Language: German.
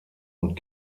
und